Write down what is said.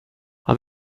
han